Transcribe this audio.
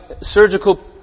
surgical